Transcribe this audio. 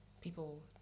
people